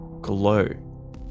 glow